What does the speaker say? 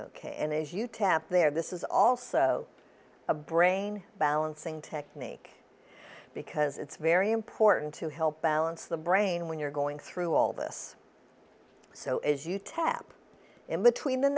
ok and as you tap there this is also a brain balancing technique because it's very important to help balance the brain when you're going through all this so as you tap in between the